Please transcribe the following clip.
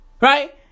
right